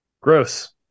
gross